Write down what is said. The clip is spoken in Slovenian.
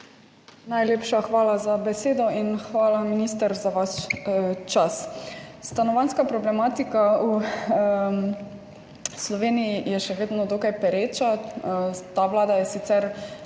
Najlepša hvala za besedo. Hvala, minister, za vaš čas. Stanovanjska problematika v Sloveniji je še vedno dokaj pereča. Ta vlada je sicer